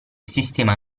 sistema